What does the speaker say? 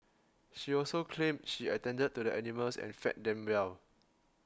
she also claimed she attended to the animals and fed them well